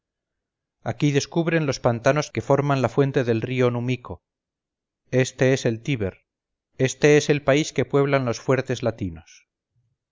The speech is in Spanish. aquí descubren los pantanos que forman la fuente del río numico este es el tíber este es el país que pueblan los fuertes latinos